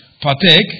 partake